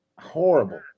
Horrible